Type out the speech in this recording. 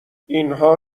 اینها